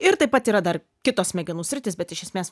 ir taip pat yra dar kitos smegenų sritys bet iš esmės